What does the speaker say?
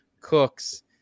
cooks